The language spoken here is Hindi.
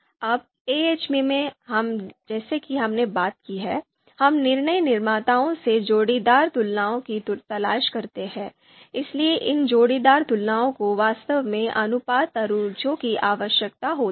अब AHP में जैसा कि हमने बात की है हम निर्णय निर्माताओं से जोड़ीदार तुलना की तलाश करते हैं इसलिए इन जोड़ीदार तुलनाओं को वास्तव में अनुपात तराजू की आवश्यकता होती है